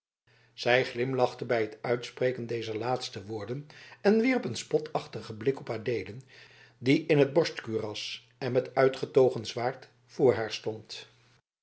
zij glimlachte bij het uitspreken dezer laatste woorden en wierp een spotachtigen blik op adeelen die in t borstkuras en met uitgetogen zwaard voor haar stond